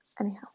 anyhow